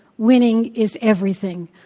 winning is everything.